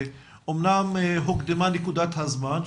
שאמנם הוקדמה נקודת הזמן,